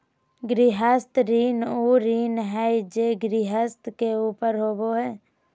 गृहस्थ ऋण उ ऋण हइ जे गृहस्थ के ऊपर होबो हइ